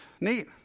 neat